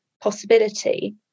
possibility